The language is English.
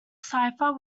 cipher